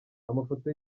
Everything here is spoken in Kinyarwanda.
amafoto